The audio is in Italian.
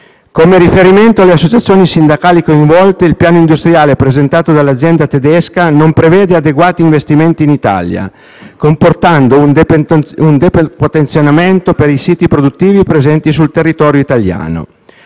come riferito dalle associazioni sindacali coinvolte, il piano industriale presentato dall'azienda tedesca non prevede adeguati investimenti in Italia, comportando un depotenziamento per i siti produttivi presenti sul territorio italiano.